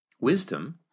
Wisdom